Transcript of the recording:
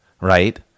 right